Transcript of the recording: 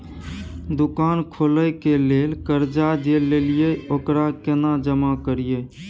दुकान खोले के लेल कर्जा जे ललिए ओकरा केना जमा करिए?